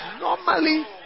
normally